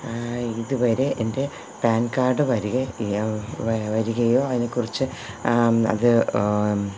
ഇതുവരെ എന്റെ PAN card വരിക വ വരികയോ അതിനെക്കുറിച്ച് അത്